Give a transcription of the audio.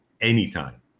anytime